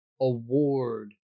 award